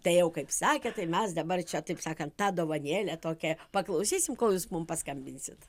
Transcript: tai jau kaip sakė tai mes dabar čia taip sakant tą dovanėlę tokią paklausysim kol jūs mum paskambinsit